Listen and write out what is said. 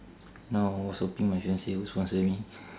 no I was hoping my fiancee would sponsor me